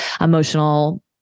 emotional